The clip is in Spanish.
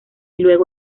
luego